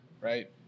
Right